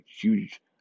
huge